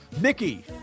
Mickey